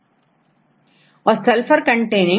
glycinealiphaticaromatic और sulphur containing